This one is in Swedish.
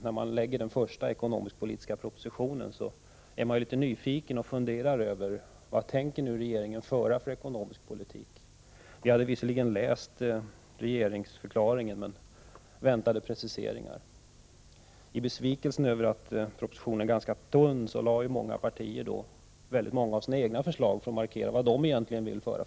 När den första ekonomiskpolitiska propositionen väntas, är vi ju i riksdagen litet nyfikna och funderar på vilken ekonomisk politik som regeringen tänker föra. Visserligen hade vi läst regeringsförklaringen, men vi väntade oss preciseringar. I besvikelsen över att propositionen var ganska tunn väckte många partier motioner med egna förslag, i syfte att markera vilken politik de egentligen vill föra.